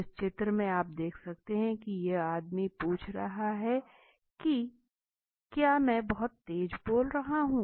इस चित्र में आप देख सकते हैं की यह आदमी पूछ रहा है की क्या मैं बहुत तेज़ बोल रहा हूँ